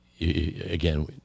again